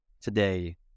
today